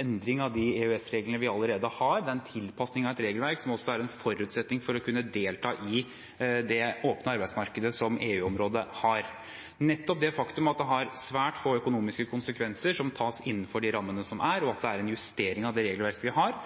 endring av de EØS-reglene vi allerede har – det er en tilpasning av et regelverk som også er en forutsetning for å kunne delta i det åpne arbeidsmarkedet som EU-området har. Nettopp det faktum at det har svært få økonomiske konsekvenser, som tas innenfor de rammene som er, og at det er en justering av det regelverket vi har,